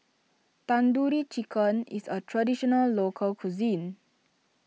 Tandoori Chicken is a Traditional Local Cuisine